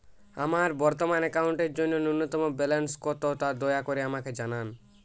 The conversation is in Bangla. আমার বর্তমান অ্যাকাউন্টের জন্য ন্যূনতম ব্যালেন্স কত তা দয়া করে আমাকে জানান